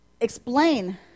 explain